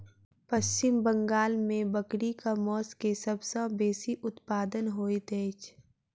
पश्चिम बंगाल में बकरीक मौस के सब सॅ बेसी उत्पादन होइत अछि